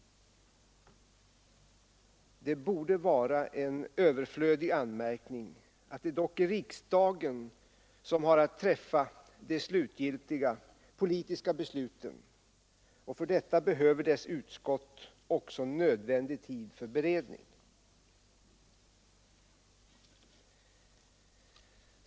Det borde vara en överflödig anmärkning att det dock är riksdagen som har att träffa de slutgiltiga politiska besluten. För detta behöver dess utskott nödvändig tid för beredning.